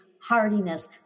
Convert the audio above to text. hardiness